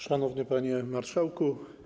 Szanowny Panie Marszałku!